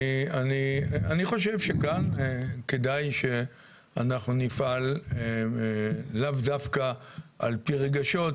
אני חושב שגם כדאי שאנחנו נפעל לאו דווקא על פי רגשות,